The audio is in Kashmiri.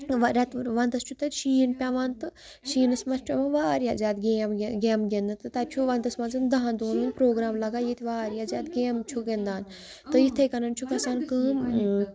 وَ رٮ۪تہٕ اور وَندَس چھُ تَتہِ شیٖن پیٚوان تہٕ شیٖنس منٛز چھُ یِوان واریاہ زیادٕ گیم یہِ گیمہٕ گِنٛدنہٕ تہٕ تَتہِ چھُ وَندَس منٛز دَہَن دۄہَن پرٛوگرٛام لَگان ییٚتہِ واریاہ زیادٕ گیمہٕ چھُ گِنٛدان تہٕ یِتھَے کَنَن چھُ گژھان کٲم